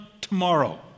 tomorrow